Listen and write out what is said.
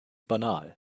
banal